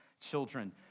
children